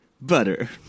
Butter